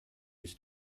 his